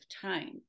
time